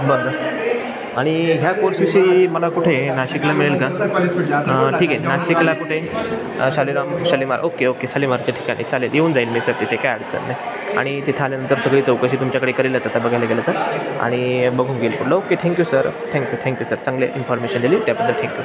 बर बर आणि ह्या कोर्सविषयी मला कुठे नाशिकला मिळेल का ठीक आहे नाशिकला कुठे शालिराम शालिमार ओक्के ओक्के शालिमारच्या ठिकाणी चालेल येऊन जाईल मी सर तिथे काही अडचण नाही आणि तिथं आल्यानंतर सगळी चौकशी तुमच्याकडे करेलच आता बघायला गेलं तर आणि बघून घेईल पुढलं okay thank you sir thank you thank you sir चांगली इनफॉर्मेशन दिली त्याबद्दल थँक यू